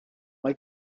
mae